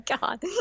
god